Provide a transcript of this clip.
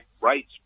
rights